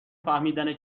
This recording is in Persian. فهمیدن